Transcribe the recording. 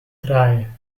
drei